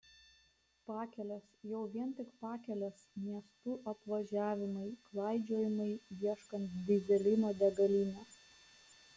pakelės jau vien tik pakelės miestų apvažiavimai klaidžiojimai ieškant dyzelino degalinės